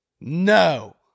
No